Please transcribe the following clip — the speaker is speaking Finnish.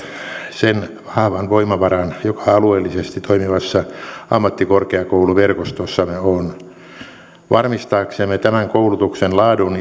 sen vahvan voimavaran joka alueellisesti toimivassa ammattikorkeakouluverkostossamme on varmistaaksemme tämän koulutuksen laadun